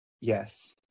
Yes